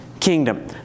kingdom